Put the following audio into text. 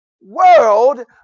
world